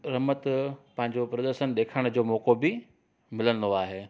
रमत पांजो प्रदशन ॾेखारण जो मौको बि मिलंदो आहे